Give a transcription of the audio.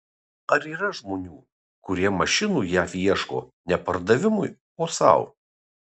ar yra žmonių kurie mašinų jav ieško ne pardavimui o sau